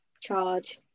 charge